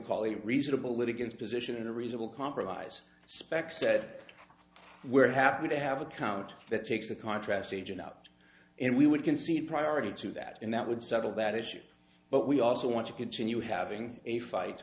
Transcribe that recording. call a reasonable liggins position and a reasonable compromise spec said we're happy to have a count that takes the contrast agent out and we would concede priority to that and that would settle that issue but we also want to continue having a fight